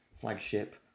flagship